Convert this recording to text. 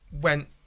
went